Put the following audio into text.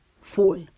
full